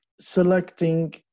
selecting